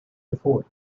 before